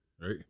right